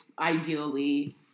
ideally